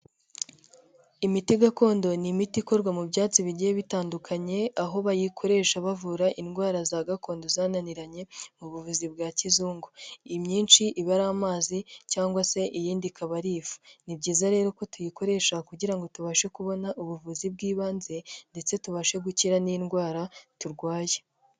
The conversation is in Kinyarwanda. Imiti gakondo ni imiti ikorwa mu byatsi bigiye bitandukanye, aho bayikoresha bavura indwara za gakondo zananiranye mu buvuzi bwa kizungu, imyinshi iba ari amazi cyangwa se iyindi ikaba ari ifu, ni byiza rero ko tuyikoresha kugira ngo tubashe kubona ubuvuzi bw'ibanze ndetse tubashe gukira n'indwara turwaye.